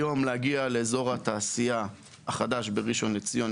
היום להגיע לאזור התעשייה החדש בראשון לציון,